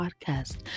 podcast